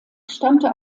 stammte